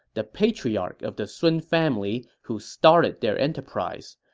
the patriarch of the sun family who started their enterprise.